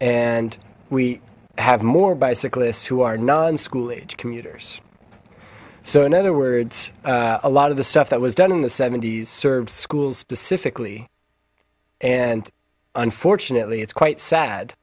and we have more bicyclists who are non school aged commuters so in other words a lot of the stuff that was done in the s served schools specifically and unfortunately it's quite sad